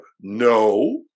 No